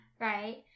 right